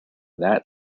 that